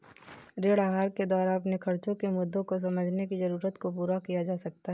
ऋण आहार के द्वारा अपने खर्चो के मुद्दों को समझने की जरूरत को पूरा किया जा सकता है